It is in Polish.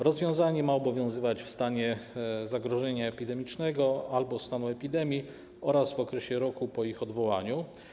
Rozwiązanie ma obowiązywać w stanie zagrożenia epidemicznego albo stanu epidemii oraz w okresie roku po ich odwołaniu.